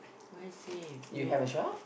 why save you have a shop